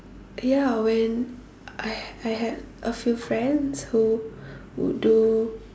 ya when I I had a few friends who would do